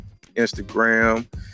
Instagram